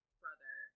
brother